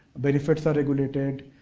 benefits are regulated.